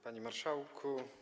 Panie Marszałku!